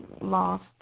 lost